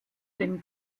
den